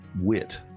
wit